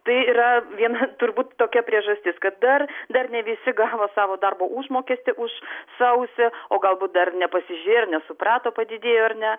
tai yra viena turbūt tokia priežastis kad dar dar ne visi gavo savo darbo užmokestį už sausį o galbūt dar nepasižiūrėjo ir nesuprato padidėjo ar ne